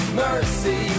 mercy